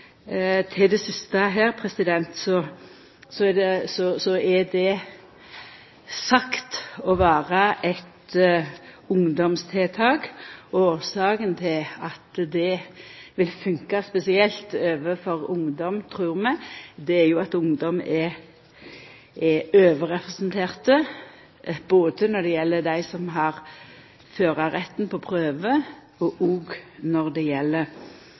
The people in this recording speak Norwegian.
Det siste her er sagt å vera eit ungdomstiltak. Årsaka til at det vil funka spesielt overfor ungdom, trur vi, er at ungdom er overrepresenterte både når det gjeld dei som har førarretten på prøve, og òg når det gjeld